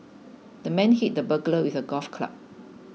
the man hit the burglar with a golf club